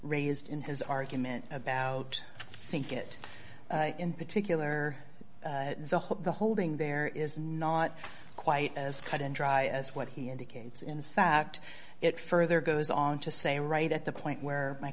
raised in his argument about think it in particular the hope the holding there is not quite as cut and dry as what he indicates in fact it further goes on to say right at the point where my